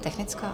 Technická?